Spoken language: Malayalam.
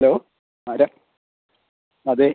ഹലോ ആരാണ് അതെ